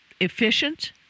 efficient